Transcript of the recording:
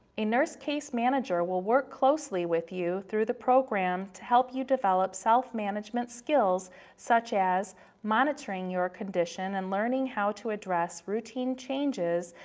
a nurse case manager will work closely with you through the program to help you develop self-management skills such as monitoring your condition and learning how to address routine changes,